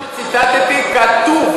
כל מה שציטטתי כתוב.